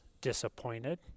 disappointed